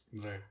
Right